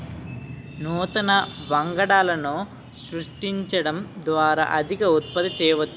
నూతన వంగడాలను సృష్టించడం ద్వారా అధిక ఉత్పత్తి చేయవచ్చు